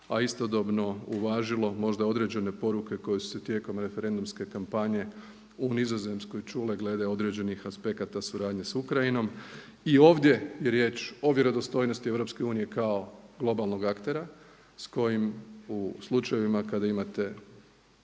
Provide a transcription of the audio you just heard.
a istodobno uvažilo možda određene poruke koje su se tijekom referendumske kampanje u Nizozemskoj čule glede određenih aspekata suradnje s Ukrajinom. I ovdje je riječ o vjerodostojnosti EU kao globalnog aktera s kojim u slučajevima kada imate